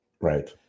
right